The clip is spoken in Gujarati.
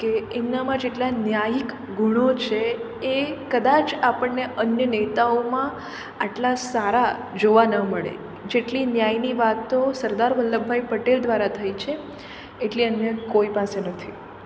કે એમનામાં જેટલા ન્યાયિક ગુણો છે એ કદાચ આપણને અન્ય નેતાઓમાં આટલા સારા જોવા ન મળે જેટલી ન્યાયની વાતો સરદાર વલ્લભભાઈ પટેલ દ્વારા થઈ છે એટલી અન્ય કોઈ પાસે નથી